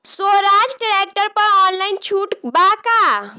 सोहराज tractor पर online छूट बा का?